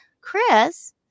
Chris